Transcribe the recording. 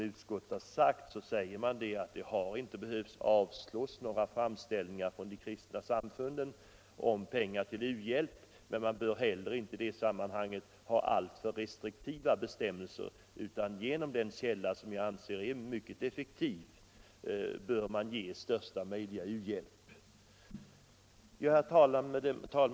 Utskottet säger att några framställningar från de kristna samfunden om pengar till u-hjälp inte har behövt avslås. Men man bör heller inte i det sammanhanget ha alltför restriktiva bestämmelser utan genom denna källa, som jag anser är mycket effektiv, bör man ge största möjliga u-hjälp. Herr talman!